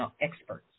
experts